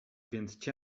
więc